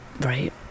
Right